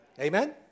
Amen